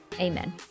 amen